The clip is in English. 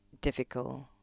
difficult